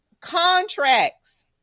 Contracts